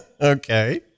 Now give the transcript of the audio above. Okay